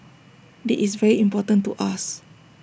this is very important to us